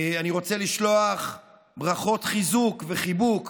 אני רוצה לשלוח ברכות חיזוק וחיבוק